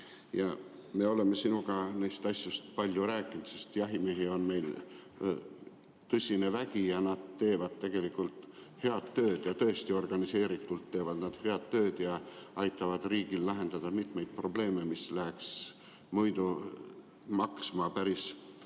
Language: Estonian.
Me oleme sinuga neist asjust palju rääkinud, sest jahimehi on meil tõsine vägi ja nad teevad tegelikult head tööd. Tõesti, nad teevad organiseeritult head tööd ja aitavad riigil lahendada mitmeid probleeme, mis muidu läheks riigile maksma päris